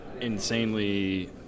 insanely